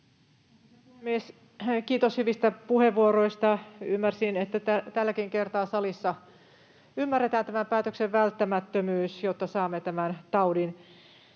Kiitos hyvistä puheenvuoroista. Ymmärsin, että tälläkin kertaa salissa ymmärretään tämän päätöksen välttämättömyys, jotta saamme tämän taudin,